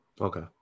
Okay